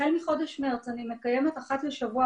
החל מחודש מרץ אני מקיימת אחת לשבוע,